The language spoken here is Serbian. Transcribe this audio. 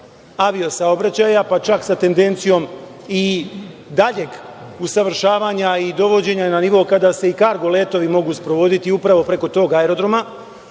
avio-saobraćaja, pa čak sa tendencijom i daljeg usavršavanja i dovođenja na nivo kada se i kargo letovi mogu sprovoditi upravo preko tog aerodroma,